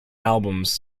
albums